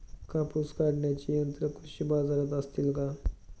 कापूस काढण्याची यंत्रे कृषी बाजारात असतील का?